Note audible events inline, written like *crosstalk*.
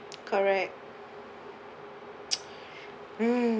correct *noise* mm